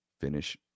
Finish